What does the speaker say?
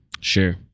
Sure